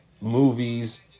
movies